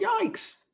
yikes